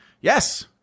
yes